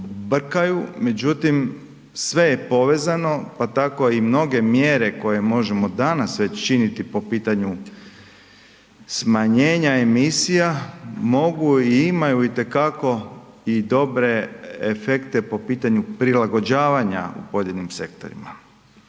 međutim, sve je povezano, pa tako i mnoge mjere koje možemo danas već činiti po pitanju smanjenja emisija, mogu i imaju itekako i dobre efekte po pitanju prilagođavanja u pojedinim sektorima.